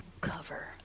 cover